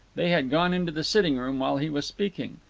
they had gone into the sitting-room while he was speaking.